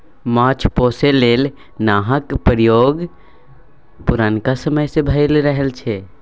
माछ पोसय लेल नाहक प्रयोग पुरनका समय सँ भए रहल छै